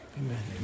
amen